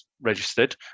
registered